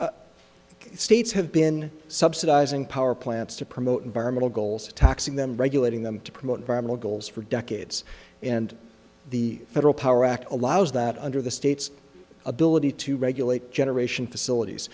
states have been subsidizing power plants to promote environmental goals taxing them regulating them to promote environmental goals for decades and the federal power act allows that under the state's ability to regulate generation facilities